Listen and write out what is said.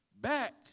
back